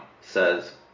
says